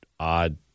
Odd